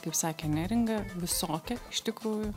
kaip sakė neringa visokia iš tikrųjų